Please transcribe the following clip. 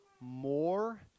more